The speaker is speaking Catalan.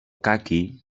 caqui